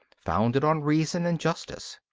founded on reason and justice.